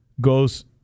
goes